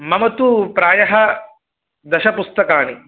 मम तु प्रायः दश पुस्तकाणि